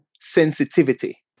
sensitivity